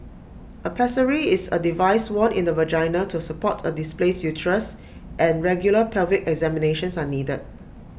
A pessary is A device worn in the vagina to support A displaced uterus and regular pelvic examinations are needed